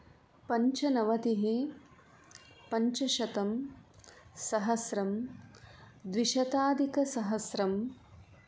पञ्चनवतिः पञ्चशतम् सहस्रम् द्विशताधिकसहस्रम्